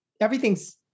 everything's